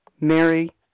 Mary